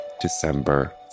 December